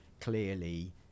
clearly